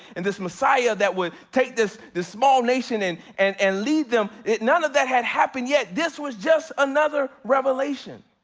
and this messiah that would take this this small nation and and and lead them, none of that had happened yet, this was just another revelation.